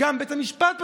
וגם בית המשפט פסק,